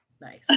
nice